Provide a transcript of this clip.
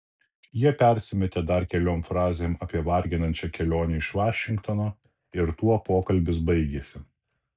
jie persimetė dar keliom frazėm apie varginančią kelionę iš vašingtono ir tuo pokalbis baigėsi